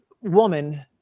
woman